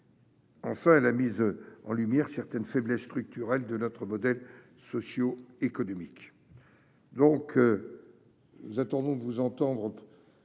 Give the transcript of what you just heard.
Enfin, elle a mis en lumière certaines faiblesses structurelles de notre modèle socioéconomique.